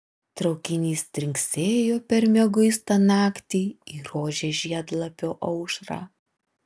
traukinys trinksėjo per mieguistą naktį į rožės žiedlapio aušrą